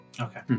Okay